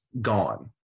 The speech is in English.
gone